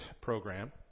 program